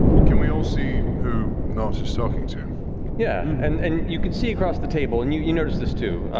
but can we all see who nott is talking to? matt yeah, and and you can see across the table. and you you notice this, too.